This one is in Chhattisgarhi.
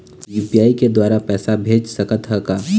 यू.पी.आई के द्वारा पैसा भेज सकत ह का?